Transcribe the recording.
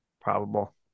probable